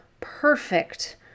perfect